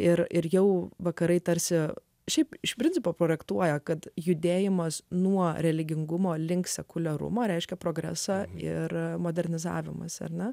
ir ir jau vakarai tarsi šiaip iš principo projektuoja kad judėjimas nuo religingumo link sekulerumą reiškia progresą ir modernizavimas ar na